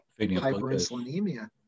hyperinsulinemia